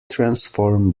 transform